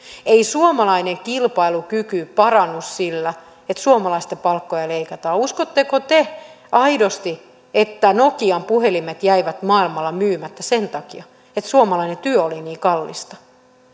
ei suomalainen kilpailukyky parannu sillä että suomalaisten palkkoja leikataan uskotteko te aidosti että nokian puhelimet jäivät maailmalla myymättä sen takia että suomalainen työ oli niin kallista